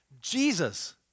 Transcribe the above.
Jesus